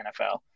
NFL